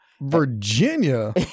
Virginia